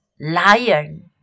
lion